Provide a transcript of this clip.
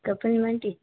कफनवन्ति